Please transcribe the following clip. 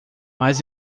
mas